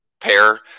pair